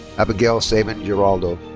abigail sabin giraldo.